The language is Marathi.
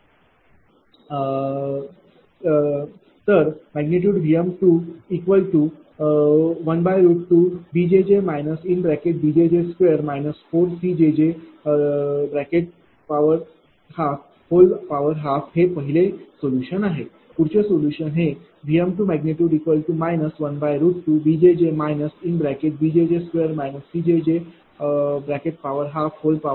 Vm212bjj b2jj 4cjj1212 हे पहिले सोलुशन आहे 2 पुढचे सोलुशन हे Vm2 12bjj b2jj 4cjj1212आहे